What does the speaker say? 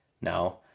now